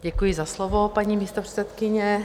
Děkuji za slovo, paní místopředsedkyně.